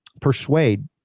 persuade